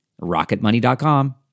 rocketmoney.com